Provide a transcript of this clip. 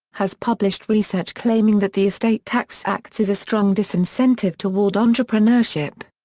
has published research claiming that the estate tax acts as a strong disincentive toward entrepreneurship.